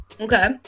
Okay